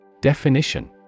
Definition